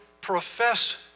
profess